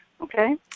Okay